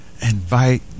invite